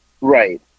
Right